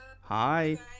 hi